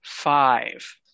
five